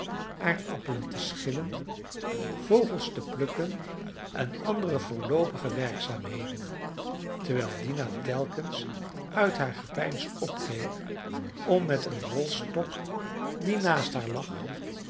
aardappelen te schillen vogels te plukken en andere voorloopige werkzaamheden terwijl dina telkens uit haar gepeins opkeek om met een rolstok die naast haar lag